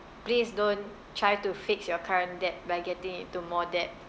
please don't try to fix your current debt by getting into more debt